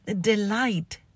delight